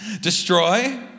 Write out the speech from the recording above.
destroy